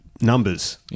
numbers